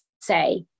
say